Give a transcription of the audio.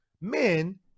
men